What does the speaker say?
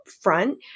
front